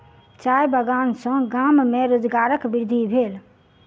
चाय बगान सॅ गाम में रोजगारक वृद्धि भेल